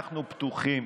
אחרונים.